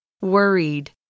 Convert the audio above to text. Worried